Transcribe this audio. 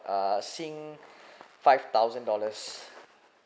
uh sing five thousand dollars